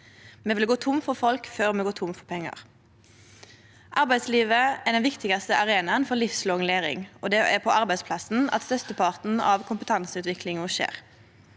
Me vil gå tomme for folk før me går tomme for pengar. Arbeidslivet er den viktigaste arenaen for livslang læring, og det er på arbeidsplassen at størsteparten av kompetanseutviklinga skjer.